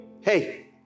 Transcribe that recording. hey